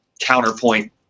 counterpoint